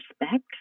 respect